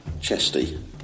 Chesty